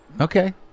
Okay